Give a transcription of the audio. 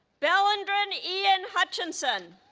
bellenden ian hutcheson